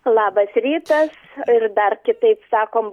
labas rytas ir dar kitaip sakom